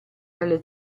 dalle